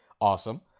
Awesome